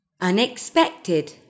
unexpected